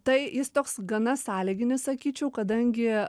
tai jis toks gana sąlyginis sakyčiau kadangi